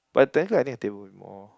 but then like I think a table will be more